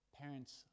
parents